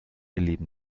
leben